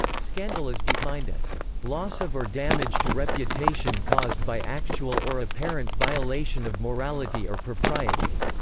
scandal is defined as loss of or damage to reputation caused by actual or apparent violation of morality or propriety.